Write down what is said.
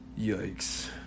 Yikes